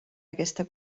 aquesta